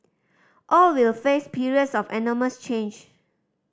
all will face periods of enormous change